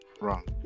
wrong